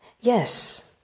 Yes